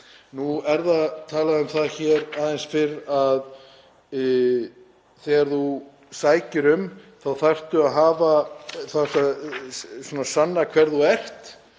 Nú er talað um það hér aðeins fyrr að þegar þú sækir um þurfirðu að sanna hver þú ert.